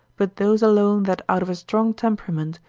but those alone that out of a strong temperament,